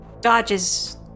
dodges